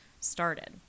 started